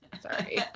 sorry